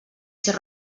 ser